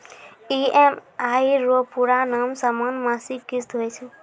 EMI रो पूरा नाम समान मासिक किस्त हुवै छै